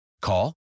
Call